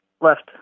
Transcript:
left